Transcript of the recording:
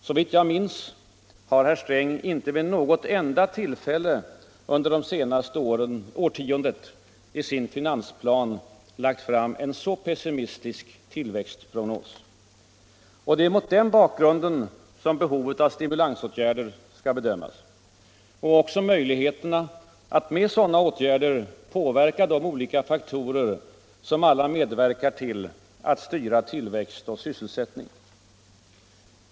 Såvitt jag minns, har herr Sträng inte vid något enda tillfälle under det senaste årtiondet i sin finansplan lagt fram en så pessimistisk tillväxtprognos. Det är mot den bakgrunden som behovet av stimulansåtgärder skall bedömas, och också möjligheterna att med sådana åtgärder påverka de olika faktorer som alla medverkar till att styra tillväxt och sysselsättning.